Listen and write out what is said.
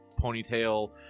ponytail